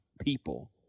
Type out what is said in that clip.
people